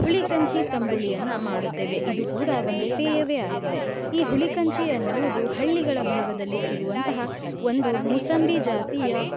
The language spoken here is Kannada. ಹುಳಿ ಕಂಚಿ ತಂಬುಳಿಯನ್ನು ಮಾಡುತ್ತೇವೆ ಇದು ಕೂಡ ಒಂದು ಪೇಯವೇ ಆಗಿದೆ ಈ ಹುಳಿ ಕಂಚಿ ಎನ್ನುವುದು ಹಳ್ಳಿಗಳ ಭಾಗದಲ್ಲಿ ಸಿಗುವಂತಹ ಒಂದು ಮೂಸಂಬಿ ಜಾತಿಯ